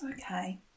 Okay